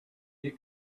you